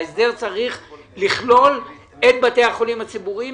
ההסדר צריך לכלול את בתי החולים הציבוריים,